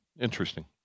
interesting